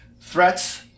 threats